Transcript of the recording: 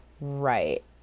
Right